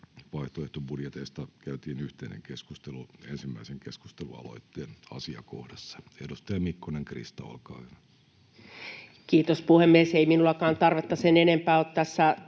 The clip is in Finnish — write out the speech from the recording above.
vaihtoehtobudjeteista käytiin yhteinen keskustelu ensimmäisen keskustelualoitteen asiakohdassa. — Edustaja Mikkonen, Krista, olkaa hyvä. [Speech 319] Speaker: Krista Mikkonen Party: